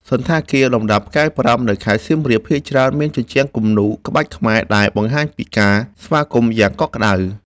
សណ្ឋាគារលំដាប់ផ្កាយប្រាំនៅខេត្តសៀមរាប ភាគច្រើនមានជញ្ជាំងគំនូរក្បាច់ខ្មែរដែលបង្ហាញពីការស្វាគមន៍យ៉ាងកក់ក្ដៅ។